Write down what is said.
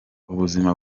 ubuzima